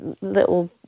little